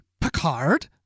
Picard